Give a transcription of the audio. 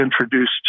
introduced